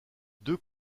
deux